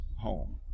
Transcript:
home